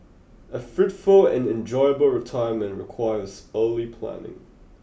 a fruitful and enjoyable retirement requires early planning